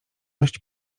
dość